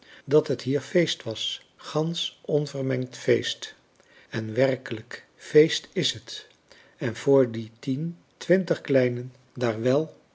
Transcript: dat het hier feest was gansch onvermengd feest en werkelijk feest is het en voor die tien twintig kleinen daar wèl